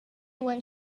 went